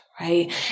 right